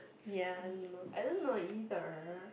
ya don't know I don't know either